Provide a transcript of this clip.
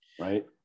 right